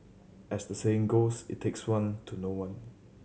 as the saying goes it takes one to know one